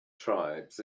tribes